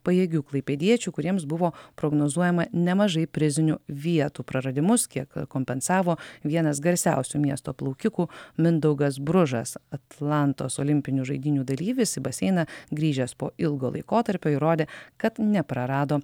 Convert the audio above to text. pajėgių klaipėdiečių kuriems buvo prognozuojama nemažai prizinių vietų praradimus kiek kompensavo vienas garsiausių miesto plaukikų mindaugas bružas atlantos olimpinių žaidynių dalyvis į baseiną grįžęs po ilgo laikotarpio įrodė kad neprarado